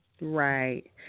Right